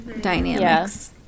dynamics